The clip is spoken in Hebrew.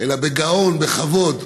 אלא בגאון ובכבוד,